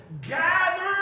gather